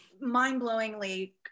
mind-blowingly